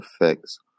effects